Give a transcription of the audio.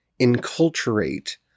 enculturate